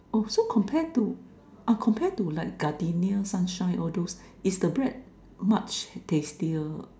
oh so compare to ah compare to like Gardenia Sunshine all those is the bread much tastier